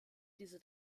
diese